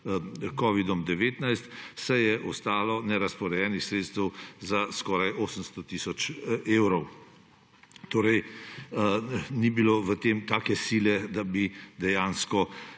covidom-19, saj je ostalo nerazporejenih sredstev za skoraj 800 tisoč evrov. Torej ni bilo v tem take sile, da bi dejansko